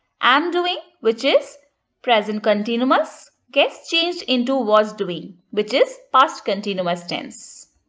am doing which is present continuous gets changed into was doing which is past continuous tense.